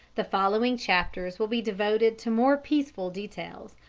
the following chapters will be devoted to more peaceful details,